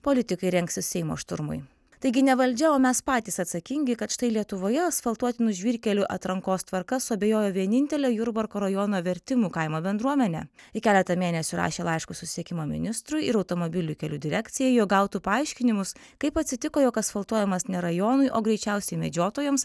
politikai rengsis seimo šturmui taigi ne valdžia o mes patys atsakingi kad štai lietuvoje asfaltuotinų žvyrkelių atrankos tvarka suabejojo vienintelė jurbarko rajono vertimų kaimo bendruomenė ji keletą mėnesių rašė laiškus susisiekimo ministrui ir automobilių kelių direkcijai jog gautų paaiškinimus kaip atsitiko jog asfaltuojamas ne rajonui o greičiausiai medžiotojams